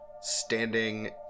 standing